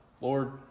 Lord